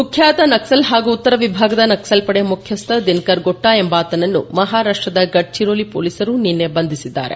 ಕುಖ್ಯಾತ ನಕ್ವಲ್ ಹಾಗೂ ಉತ್ತರ ವಿಭಾಗದ ನಕ್ವಲ್ ಪಡೆ ಮುಖ್ಯಸ್ಥ ದಿನಕರ್ ಗೊಟ್ನಾ ಎಂಬಾತನನ್ನು ಮಹಾರಾಷ್ಟ್ದ ಗಡ್ಚಿರೋಲಿ ಪೊಲೀಸರು ನಿನ್ನೆ ಬಂಧಿಸಿದ್ದಾರೆ